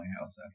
house